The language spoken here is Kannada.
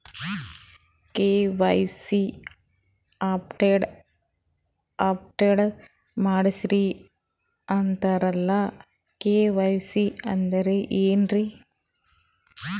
ಕೆ.ವೈ.ಸಿ ಅಪಡೇಟ ಮಾಡಸ್ರೀ ಅಂತರಲ್ಲ ಕೆ.ವೈ.ಸಿ ಅಂದ್ರ ಏನ್ರೀ?